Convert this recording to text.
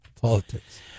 politics